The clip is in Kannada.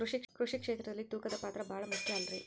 ಕೃಷಿ ಕ್ಷೇತ್ರದಲ್ಲಿ ತೂಕದ ಪಾತ್ರ ಬಹಳ ಮುಖ್ಯ ಅಲ್ರಿ?